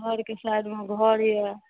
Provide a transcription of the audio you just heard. हमरा आरके साइडमे घर यऽ